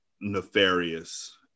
nefarious